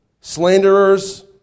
slanderers